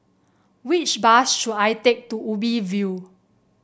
which bus should I take to Ubi View